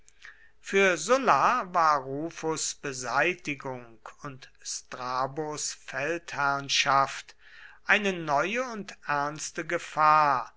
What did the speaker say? für sulla war rufus beseitigung und strabos feldherrnschaft eine neue und ernste gefahr